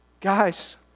Guys